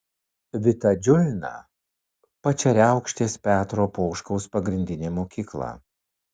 vita džiulna pačeriaukštės petro poškaus pagrindinė mokykla